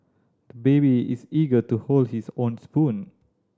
the baby is eager to hold his own spoon